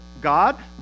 God